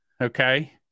Okay